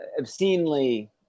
obscenely